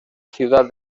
ciudad